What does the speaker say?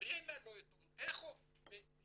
לא עיתון ---, וסטי.